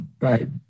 Right